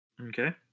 okay